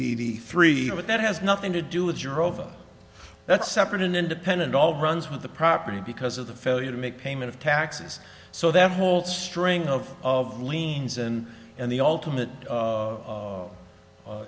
the three but that has nothing to do with your over that's separate and independent all runs with the property because of the failure to make payment of taxes so that whole string of of liens and and the ultimate